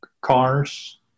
cars